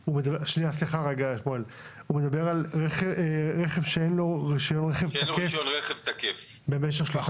הוא מדבר על רכב שאין לו רישיון רכב תקף במשך 30 ימים.